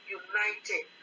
united